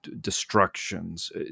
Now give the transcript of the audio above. destructions